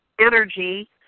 energy